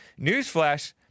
Newsflash